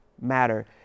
matter